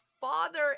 father